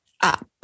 up